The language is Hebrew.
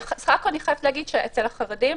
אני חייבת להגיד שאצל החרדים,